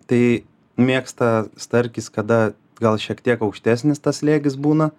tai mėgsta starkis kada gal šiek tiek aukštesnis tas slėgis būna